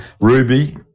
Ruby